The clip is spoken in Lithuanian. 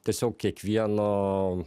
tiesiog kiekvieno